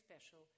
special